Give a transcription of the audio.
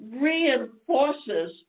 reinforces